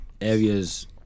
areas